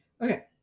okay